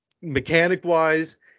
Mechanic-wise